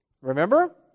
Remember